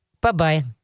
Bye-bye